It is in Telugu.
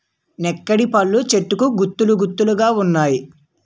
నెక్కిడిపళ్ళు చెట్టుకు గుత్తులు గుత్తులు గావున్నాయి